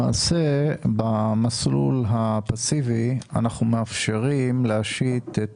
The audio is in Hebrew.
במסלול הפסיבי אנחנו מאפשרים להשית את